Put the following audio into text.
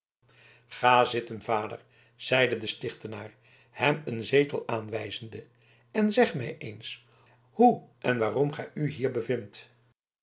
ga zitten vader zeide de stichtenaar hem een zetel aanwijzende en zeg mij eens hoe en waarom gij u hier bevindt